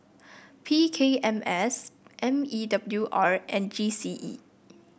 P K M S M E W R and G C E